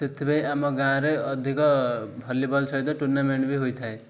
ସେଥିପାଇଁ ଆମ ଗାଁରେ ଅଧିକ ଭଲିବଲ୍ ସହିତ ଟୁର୍ଣ୍ଣାମେଣ୍ଟ ବି ହୋଇଥାଏ